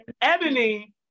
Ebony